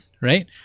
right